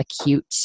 acute